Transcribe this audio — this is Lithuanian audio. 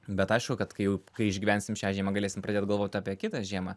bet aišku kad kai jau kai išgyvensim šią žiemą galėsim pradėt galvot apie kitą žiemą